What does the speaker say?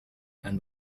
and